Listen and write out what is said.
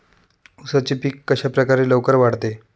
उसाचे पीक कशाप्रकारे लवकर वाढते?